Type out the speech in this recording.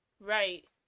Right